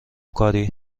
کاری